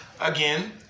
Again